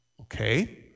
Okay